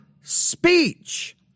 speech